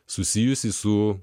susijusi su